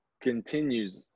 continues